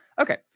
Okay